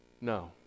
no